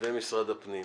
ואת משרד הפנים.